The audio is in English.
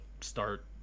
start